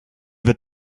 wird